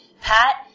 Pat